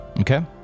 Okay